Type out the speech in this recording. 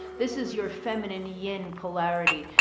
this is your feminine yin polarity.